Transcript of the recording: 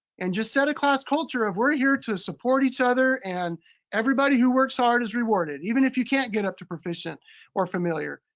and just set a class culture of we're here to support each other. and everybody who works hard is rewarded, even if you can't get up to proficient or familiar.